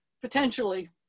potentially